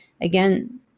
again